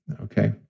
okay